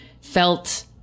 felt